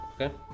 Okay